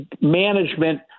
management